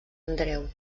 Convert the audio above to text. andreu